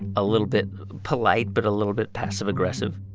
a little bit polite but a little bit passive-aggressive?